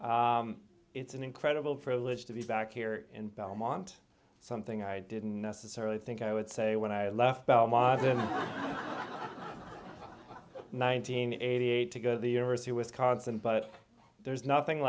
one it's an incredible privilege to be back here in belmont something i didn't necessarily think i would say when i left belmont in nineteen eighty eight to go to the university of wisconsin but there's nothing